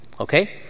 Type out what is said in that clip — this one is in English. Okay